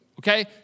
Okay